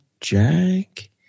jack